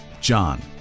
John